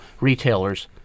retailers